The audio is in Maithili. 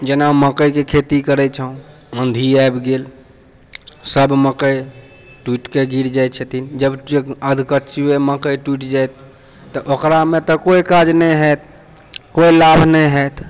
जेना मकइके खेती करै छौं आँधी आबि गेल सब मकइ टूटि कऽ गिर जाइ छथिन जब अधकिचुए मकइ टुटि जायत तऽ ओकरामे तऽ कोइ काज नहि हैत कोइ लाभ नहि हैत